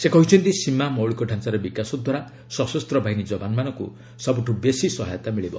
ସେ କହିଛନ୍ତି ସୀମା ମୌଳିକ ଢାଞ୍ଚାର ବିକାଶ ଦ୍ୱାରା ସଶସ୍ତ ବାହିନୀ ଯବାନମାନଙ୍କୁ ସବୁଠୁ ବେଶି ସହାୟତା ମିଳିବ